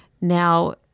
Now